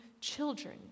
children